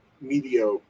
media